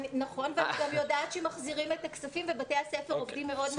נכון ואני גם יודעת שמחזירים את הכספים ובתי הספר עובדים מאוד מאוד יפה.